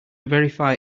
verify